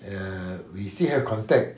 ya we still have contact